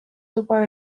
tuba